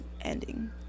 ending